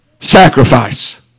sacrifice